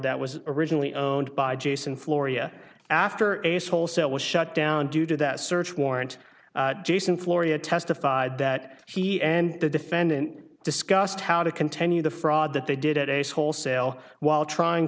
that was originally owned by jason floria after ace wholesale was shut down due to that search warrant jason floria testified that he and the defendant discussed how to continue the fraud that they did it is wholesale while trying